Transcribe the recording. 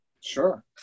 Sure